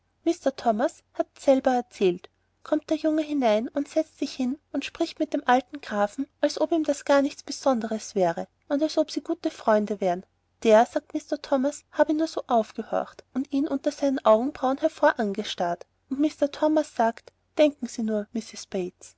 mr thomas hat's selbst erzählt kommt der junge hinein und setzt sich hin und spricht mit dem alten grafen als ob ihm das gar nichts besondres wäre und als ob sie gute freunde wären der sagt mr thomas habe nur so aufgehorcht und ihn unter seinen augenbrauen hervor angestarrt und mr thomas sagt denken sie nur mrs